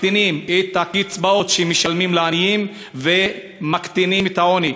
מקטינים את הקצבאות שמשלמים לעניים ומצמצמים את העוני.